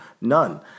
None